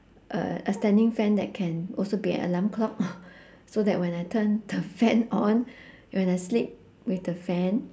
uh a standing fan that can also be an alarm clock so that when I turn the fan on when I sleep with the fan